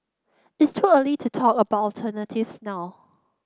it's too early to talk about alternatives now